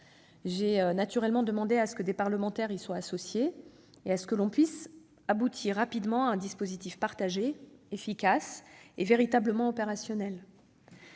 J'ai naturellement demandé à ce que des parlementaires y soient associés et à ce que l'on puisse aboutir rapidement à un dispositif partagé, efficace et véritablement opérationnel.